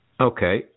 Okay